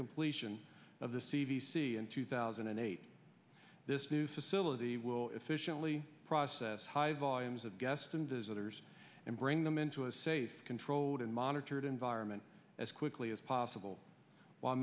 completion of the c d c in two thousand and eight this new facility will efficiently process high volumes of guests and visitors and bring them into a safe controlled and monitored environment as quickly as possible while